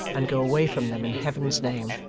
and go away from them in heaven's name.